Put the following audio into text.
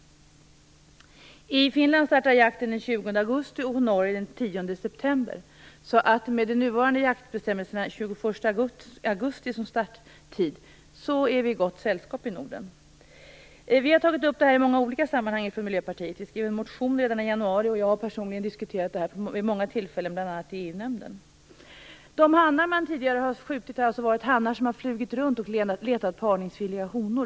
I Finland startar jakten den 20 augusti, och i Norge den 10 september. Med de nuvarande jaktbestämmelserna som innebär den 21 augusti som starttid är Sverige i gott sällskap i Norden. Miljöpartiet har tagit upp detta i många olika sammanhang. En motion skrevs redan i januari, och jag har personligen diskuterat detta vid många tillfällen, bl.a. i EU-nämnden. De hannar man tidigare har skjutit har varit hannar som har flugit runt och letat parningsvilliga honor.